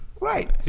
right